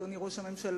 אדוני ראש הממשלה,